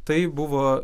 tai buvo